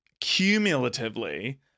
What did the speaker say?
cumulatively